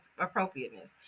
appropriateness